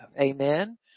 amen